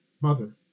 mother